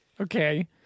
Okay